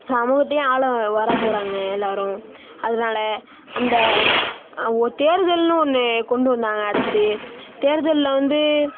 சமூகத்தையும் ஆள வரப்போகிறாங்க எல்லாேரும் அதனால அந்த ஒரு தேர்தல்னு ஒன்று கொண்டு வந்தாங்க அடுத்து தேர்தலில் வந்து